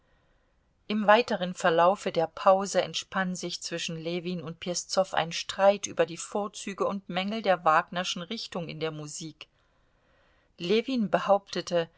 im weiteren verlaufe der pause entspann sich zwischen ljewin und peszow ein streit über die vorzüge und mängel der wagnerschen richtung in der musik ljewin behauptete